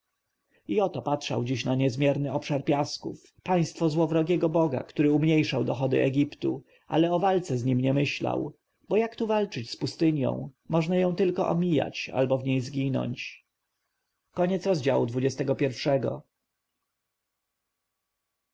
i oto patrzył dziś na niezmierny obszar piasków państwo złowrogiego boga który umniejszał dochody egiptu ale o walce z nim nie myślał bo jak tu walczyć z pustynią można ją tylko omijać albo w niej zginąć